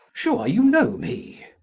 sure you know me?